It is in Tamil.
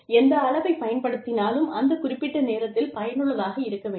எந்த அளவைப் பயன்படுத்தினாலும் அந்த குறிப்பிட்ட நேரத்தில் பயனுள்ளதாக இருக்க வேண்டும்